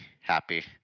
happy